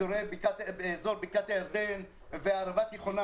אזור בקעת הירדן והערבה התיכונה.